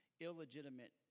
illegitimate